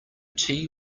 tea